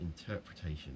interpretation